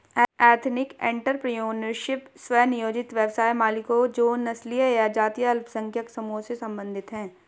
ethnic entrepreneurship, स्व नियोजित व्यवसाय मालिकों जो नस्लीय या जातीय अल्पसंख्यक समूहों से संबंधित हैं